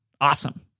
awesome